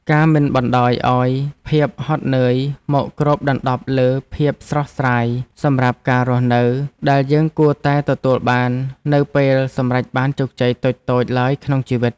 ការមិនបណ្ដោយឱ្យភាពហត់នឿយមកគ្របដណ្ដប់លើភាពស្រស់ស្រាយសម្រាប់ការរស់នៅដែលយើងគួរតែទទួលបាននៅពេលសម្រេចបានជោគជ័យតូចៗឡើយក្នុងជីវិត។